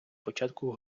початку